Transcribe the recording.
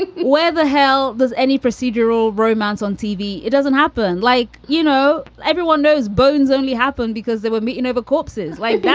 where the hell does any procedural romance on tv. it doesn't happen. like, you know, everyone knows bones only happened because there were and over corpses, like yeah